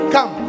Come